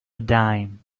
dime